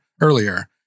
earlier